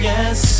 Yes